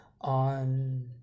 on